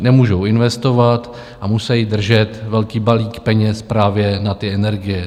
Nemůžou investovat a musejí držet velký balík peněz právě na ty energie.